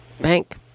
bank